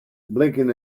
blinking